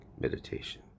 meditation